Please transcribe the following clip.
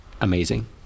amazing